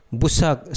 busak